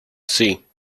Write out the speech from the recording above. sim